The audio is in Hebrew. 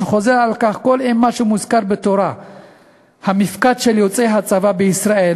שחוזר על כך כל אימת שמוזכר בתורה המפקד של יוצאי הצבא בישראל,